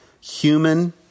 human